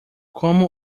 como